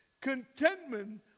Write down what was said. contentment